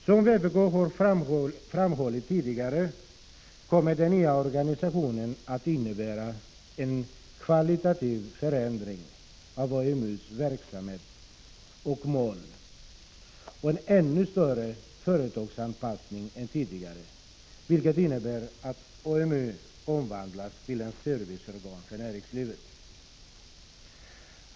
Som vpk har framhållit tidigare kommer den nya organisationen att innebära en kvalitativ förändring av AMU-verksamhetens mål och en ännu större företagsanpassning än tidigare, vilket innebär att AMU omvandlas till ett serviceorgan för näringslivet.